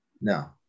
No